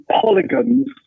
polygons